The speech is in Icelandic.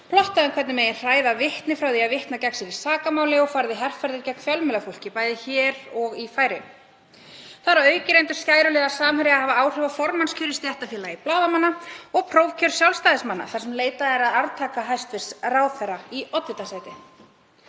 plottað um hvernig megi hræða vitni frá því að vitna gegn þeim í sakamáli og farið í herferðir gegn fjölmiðlafólki bæði hér og í Færeyjum. Þar að auki reyndu skæruliðar Samherja að hafa áhrif á formannskjör í stéttarfélagi blaðamanna og prófkjöri Sjálfstæðismanna þar sem leitað er að arftaka hæstv. ráðherra í oddvitasæti.